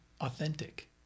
authentic